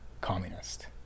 communist